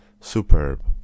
superb